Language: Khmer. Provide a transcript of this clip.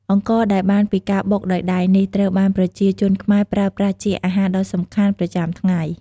អង្ករដែលបានពីការបុកដោយដៃនេះ ត្រូវបានប្រជាជនខ្មែរប្រើប្រាស់ជាអាហារដ៏សំខាន់ប្រចាំថ្ងៃ។